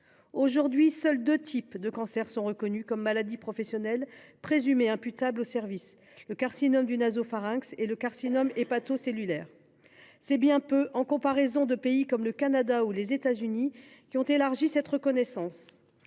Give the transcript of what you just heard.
cancers. Seuls deux types de cancer sont actuellement reconnus comme maladies professionnelles présumées imputables au service : le carcinome du nasopharynx et le carcinome hépatocellulaire. C’est bien peu, en comparaison de pays comme le Canada ou les États Unis, qui ont élargi cette reconnaissance.